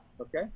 Okay